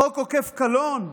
חוק עוקף קלון?